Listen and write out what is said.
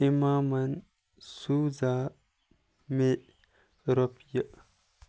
اِمامَن سوٗزا مےٚ رۄپیہِ